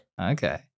Okay